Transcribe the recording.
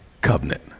covenant